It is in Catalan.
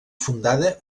fundada